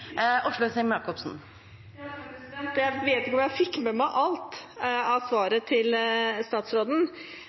Jeg vet ikke om jeg fikk med meg alt av svaret til statsråden,